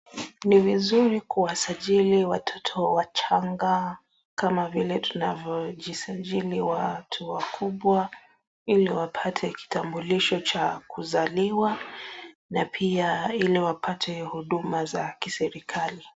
Ni vizuri kuwasajili watoto wachaga kama vile tunavyojisali watu wakubwa ili wapate kitambulisho cha kuzaliwa na pia ili wapate huduma za kiserikali.